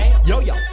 Yo-yo